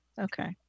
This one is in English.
Okay